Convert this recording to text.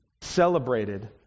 celebrated